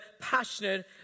passionate